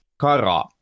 Kara